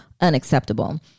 unacceptable